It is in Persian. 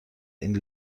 این